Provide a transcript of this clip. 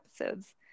episodes